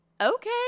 okay